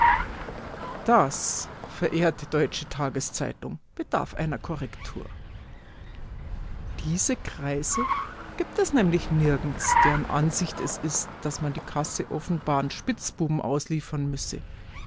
das verehrte deutsche tageszeitung bedarf einer korrektur diese kreise gibt es nämlich nirgends deren ansicht es ist daß man die kasse offenbaren spitzbuben ausliefern müsse